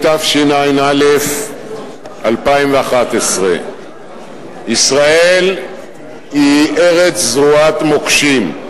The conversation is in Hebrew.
התשע"א 2011. ישראל היא ארץ זרועת מוקשים.